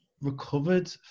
recovered